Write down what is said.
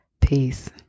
Peace